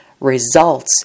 results